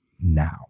Now